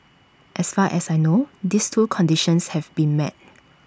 as far as I know these two conditions have been met